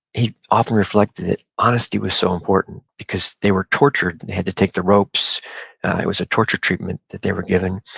he often reflected that honesty was so important, because they were tortured. they had to take the ropes. it was a torture treatment that they were given.